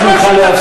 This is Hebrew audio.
לצעוק, כל הלילה.